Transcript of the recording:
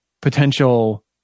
potential